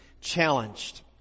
challenged